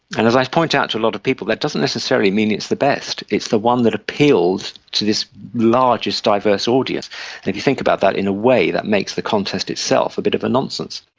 and as i point out to a lot of people, that doesn't necessarily mean it's the best. it's the one that appeals to this largest diverse audience. and if you think about that, in a way that makes the contest itself a bit of a nonsense.